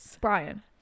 brian